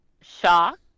shocked